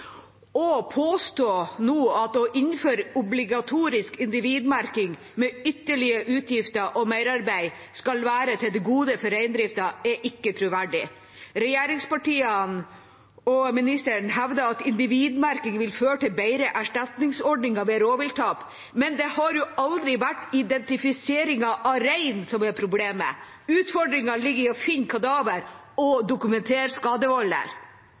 Å påstå nå at å innføre obligatorisk individmerking med ytterligere utgifter og merarbeid skal være til det gode for reindriften, er ikke troverdig. Regjeringspartiene og ministeren hevder at individmerking vil føre til bedre erstatningsordninger ved rovvilttap. Men det har jo aldri vært identifiseringen av rein som er problemet. Utfordringen ligger i å finne kadaver og dokumentere